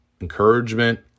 Encouragement